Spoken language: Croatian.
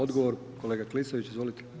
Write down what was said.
Odgovor, kolega Klisović, izvolite.